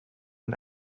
and